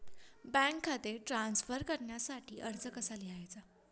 Bank खाते transfer करण्यासाठी अर्ज कसा लिहायचा?